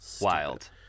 Wild